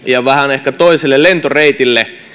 ehkä toiselle lentoreitille